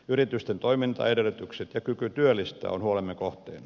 yritysten toimintaedellytykset ja kyky työllistää on huolemme kohteena